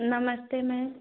नमस्ते मैम